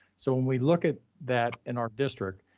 so when we look at that in our district,